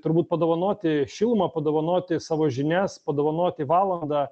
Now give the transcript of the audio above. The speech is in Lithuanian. turbūt padovanoti šilumą padovanoti savo žinias padovanoti valandą